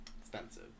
expensive